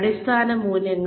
അടിസ്ഥാന മൂല്യങ്ങൾ